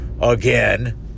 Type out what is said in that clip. again